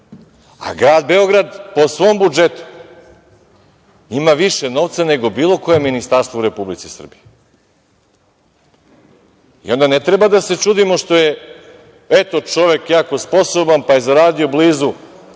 Grad Beograd po svom budžetu ima više novca nego bilo koje ministarstvo u Republici Srbiji. Onda ne treba da se čudimo što je čovek jako sposoban, pa je zaradio blizu